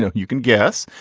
know, you can guess.